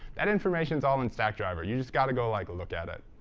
that information is all in stackdriver. you just got to go like look at it.